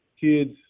kids